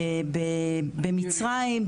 במצרים,